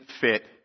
fit